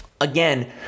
again